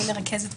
אני מרכזת,